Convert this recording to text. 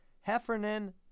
Heffernan